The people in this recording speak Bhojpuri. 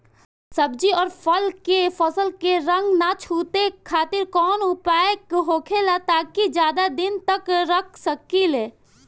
सब्जी और फल के फसल के रंग न छुटे खातिर काउन उपाय होखेला ताकि ज्यादा दिन तक रख सकिले?